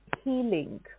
healing